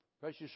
precious